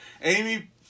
Amy